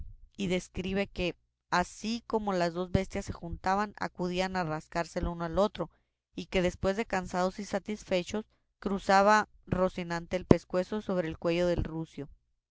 y escribe que así como las dos bestias se juntaban acudían a rascarse el uno al otro y que después de cansados y satisfechos cruzaba rocinante el pescuezo sobre el cuello del rucio